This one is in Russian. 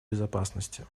безопасности